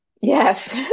Yes